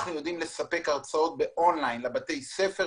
אנחנו יודעים לספק הרצאות באון-ליין לבתי הספר,